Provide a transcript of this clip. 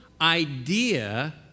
idea